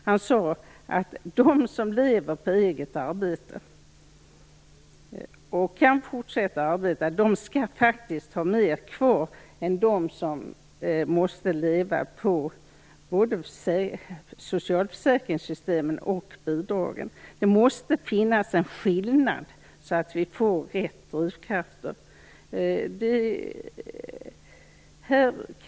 Han sade att de som lever på eget arbete och kan fortsätta arbeta skall ha mer kvar än dem som måste leva på socialförsäkringssystemen och bidragen. Det måste finnas en skillnad, så att vi får rätt drivkrafter.